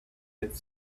had